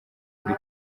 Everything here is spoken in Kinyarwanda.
muri